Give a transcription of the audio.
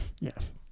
Yes